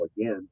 again